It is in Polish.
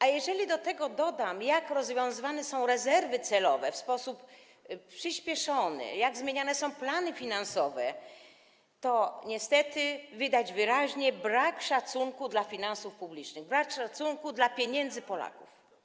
A jeżeli do tego dodam, jak rozwiązywane są rezerwy celowe, w sposób przyspieszony, jak zmieniane są plany finansowe, to niestety widać wyraźnie brak szacunku dla finansów publicznych, brak szacunku dla pieniędzy Polaków.